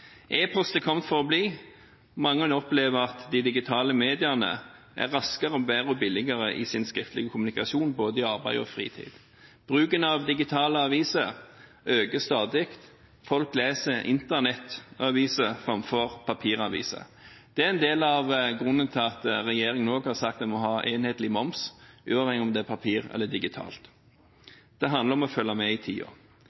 for å bli. Mange opplever at de digitale mediene er raskere, bedre og billigere i den skriftlige kommunikasjon både i arbeid og i fritid. Bruken av digitale aviser øker stadig, folk leser Internett-aviser framfor papiraviser. Det er en del av grunnen til at regjeringen også har sagt at en må ha enhetlig moms, uavhengig om det er på papir eller digitalt. Det handler om å følge med i